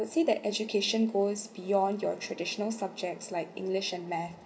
I would say that education goes beyond your traditional subjects like english and math